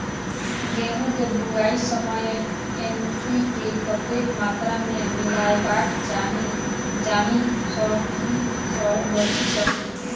गेंहूँ केँ बुआई समय एन.पी.के कतेक मात्रा मे मिलायबाक चाहि जाहि सँ कीट सँ बचि सकी?